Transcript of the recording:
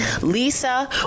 Lisa